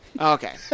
Okay